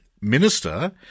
minister